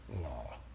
law